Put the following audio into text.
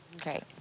Great